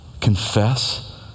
confess